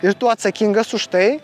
ir tu atsakingas už tai